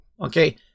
okay